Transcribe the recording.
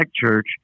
church